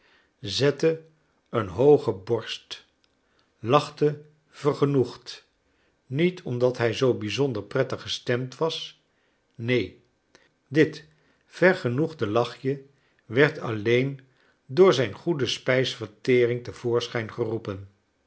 zette een hooge borst lachte vergenoegd niet omdat hij zoo bizonder prettig gestemd was neen dit vergenoegde lachje werd alleen door zijn goede spijsverteering te voorschijn geroepen